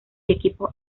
equipos